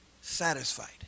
satisfied